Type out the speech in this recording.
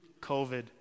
COVID